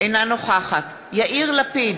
אינה נוכחת יאיר לפיד,